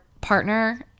partner